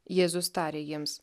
jėzus tarė jiems